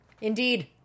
indeed